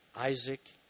Isaac